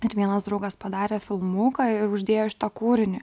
ir vienas draugas padarė filmuką ir uždėjo šitą kūrinį